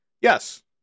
Yes